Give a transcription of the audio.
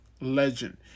legend